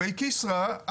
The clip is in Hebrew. בנוגע לכסרא,